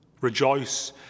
Rejoice